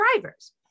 drivers